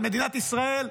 על מדינת ישראל.